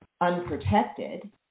unprotected